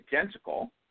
identical